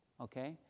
okay